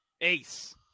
Ace